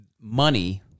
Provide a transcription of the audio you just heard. money